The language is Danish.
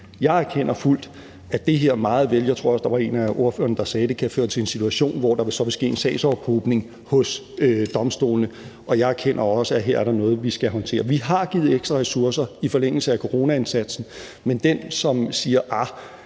Jeg erkender fuldt ud, at det her meget vel – jeg tror også, der var en af ordførerne, der sagde det – kan føre til en situation, hvor der så vil ske en sagsophobning hos domstolene, og jeg erkender også, at her er der noget, vi skal håndtere. Vi har givet ekstra ressourcer i forlængelse af coronaindsatsen, men den, som spørger, om